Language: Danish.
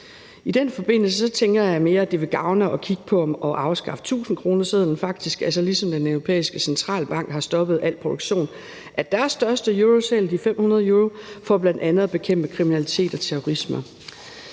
I den forbindelse tænker jeg mere, at det vil gavne at kigge på at afskaffe tusindkronesedlen, faktisk, altså ligesom Den Europæiske Centralbank har stoppet al produktion af deres største euroseddel, 500 euro, for blandt andet at bekæmpe kriminalitet og terrorisme.